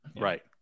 Right